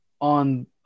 on